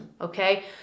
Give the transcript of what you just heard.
Okay